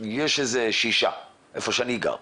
היכן שאני גר,